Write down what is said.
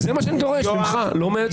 זה מה שאני דורש ממך, לא מהיועץ המשפטי.